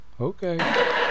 Okay